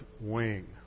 Wing